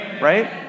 right